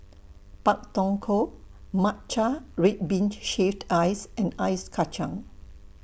Pak Thong Ko Matcha Red Bean Shaved Ice and Ice Kachang